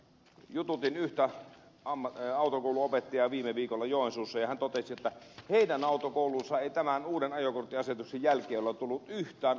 jututin yhtä autokoulunopettajaa viime viikolla joensuussa ja hän totesi että heidän autokouluunsa ei ole tullut yhtään